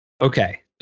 Okay